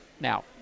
Now